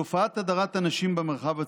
תופעת הדרת הנשים במרחב הציבורי,